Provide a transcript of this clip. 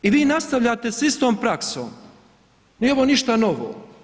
I vi nastavljate s istom praksom, nije ovo ništa novo.